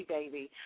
Baby